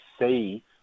see